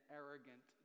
arrogant